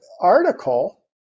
article